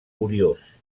curiós